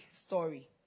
story